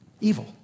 evil